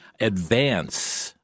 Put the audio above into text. advance